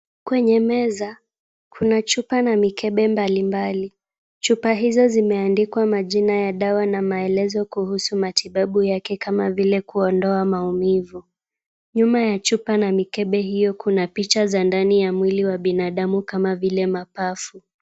Kwenye meza kuna chupa na mikebe mbalimbali. Chupa hizo zimeandikwa majina ya dawa na maelezo kuhusu matibabu yake kama vile kuondoa maumivu. Nyuma ya chupa na mikebe hiyo picha za ndani ya mwili wa binadamu kama vile mapafu.